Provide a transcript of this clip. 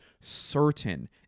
certain